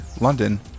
London